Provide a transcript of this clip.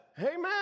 Amen